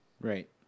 Right